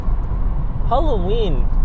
Halloween